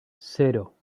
cero